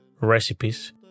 recipes